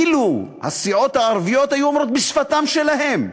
אילו הסיעות הערביות היו אומרות בשפתן שלהן,